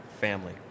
family